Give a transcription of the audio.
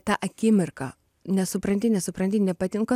tą akimirką nesupranti nesupranti nepatinka